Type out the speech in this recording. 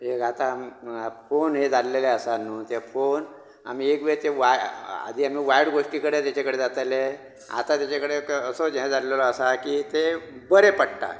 एक आतां फोन हे जाल्लेले आसा न्हू ते फोन आमी एक वेळ ते वायट गोश्टी कडेन तेचे कडेन जातले आता तेचे कडेन असो हे जाल्लोलो आसा की ते बरें पडटा